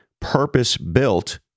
purpose-built